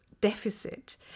deficit